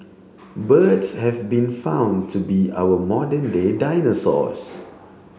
birds have been found to be our modern day dinosaurs